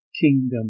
kingdom